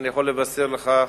אני יכול לבשר לך,